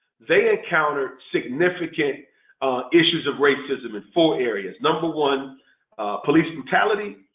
they encountered significant issues of racism in four areas. number one police brutality.